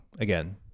again